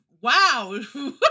wow